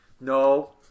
no